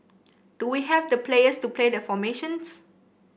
do we have the players to play the formations